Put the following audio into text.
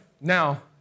Now